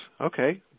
Okay